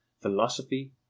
philosophy